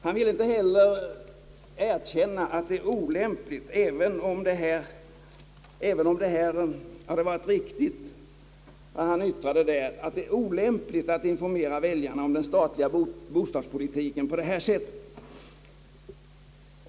Han vill inte heller erkänna att det är olämpligt — även om vad han yttrade hade varit riktigt att informera väljarna om den statliga bostadspolitiken på detta sätt.